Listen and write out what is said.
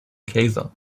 keyser